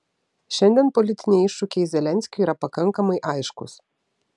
šiandien politiniai iššūkiai zelenskiui yra pakankamai aiškūs